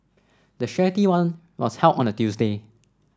the charity run was held on a Tuesday